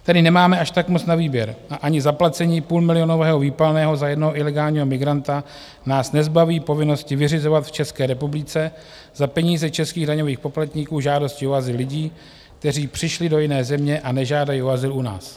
Tedy nemáme až tak moc na výběr a ani zaplacení půlmilionového výpalného za jednoho ilegálního migranta nás nezbaví povinnosti vyřizovat v České republice za peníze českých daňových poplatníků žádosti o azyl lidí, kteří přišli do jiné země a nežádají o azyl u nás.